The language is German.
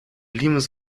limes